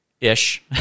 ish